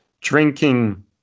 drinking